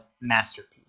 masterpiece